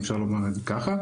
אם אפשר לומר את זה ככה.